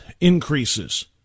increases